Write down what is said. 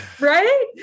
Right